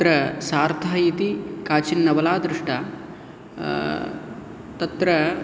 तत्र सार्था इति काचिन्नवला दृष्टा तत्र